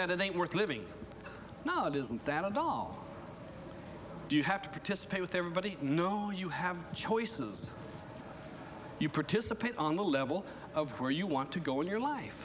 that it ain't worth living knowledge isn't that at all do you have to participate with everybody no you have choices you participate on the level of where you want to go in your life